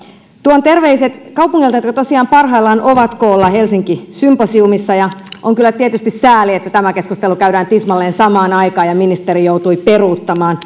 tuon terveiset kaupungeilta jotka tosiaan parhaillaan ovat koolla helsinki symposiumissa on kyllä tietysti sääli että tämä keskustelu käydään tismalleen samaan aikaan ja ministeri joutui peruuttamaan